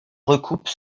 recoupe